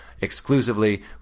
exclusively